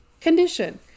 condition